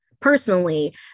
personally